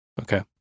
Okay